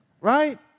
right